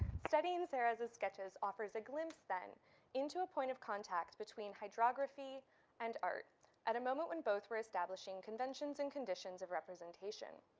studying serres' sketches offers a glimpse then into a point of contact between hydrography and art at a moment when both were establishing conventions and conditions of representation.